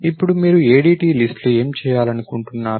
ఇప్పుడు మీరు ADT లిస్ట్లో ఏమి చేయాలనుకుంటున్నారు